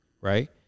Right